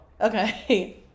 Okay